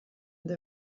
they